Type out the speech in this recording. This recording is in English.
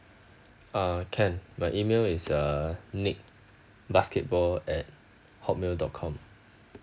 uh can my email is err nick basketball at hotmail dot com